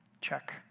Check